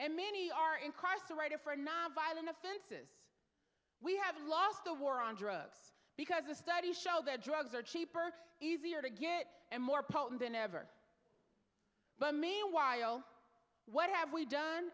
and many are incarcerated for nonviolent offenses we have lost the war on drugs because the studies show that drugs are cheaper easier to get and more potent than ever but meanwhile what have we done